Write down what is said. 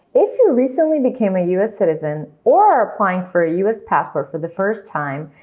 if you recently became a us citizen, or are applying for a us passport for the first time,